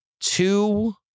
two